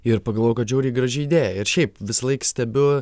ir pagalvojau kad žiauriai graži idėja ir šiaip visąlaik stebiu